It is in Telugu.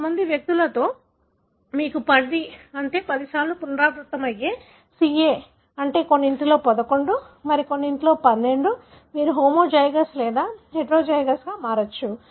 కొంతమంది వ్యక్తులలో మీకు 10 అంటే 10 సార్లు పునరావృతమయ్యే CA అంటే కొన్నింటిలో 11 మరికొన్నింటిలో 12 మీరు హోమోజైగస్ లేదా హెటెరోజైగస్గా మారవచ్చు